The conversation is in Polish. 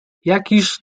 jakiż